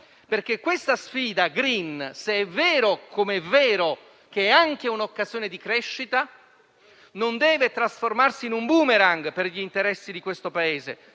perché questa sfida *green*, se è vero - come è vero - che è anche un'occasione di crescita, non deve trasformarsi in un boomerang per gli interessi di questo Paese.